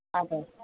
हजुर